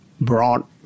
brought